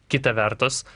kita vertus